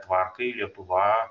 tvarkai lietuva